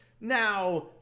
Now